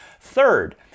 Third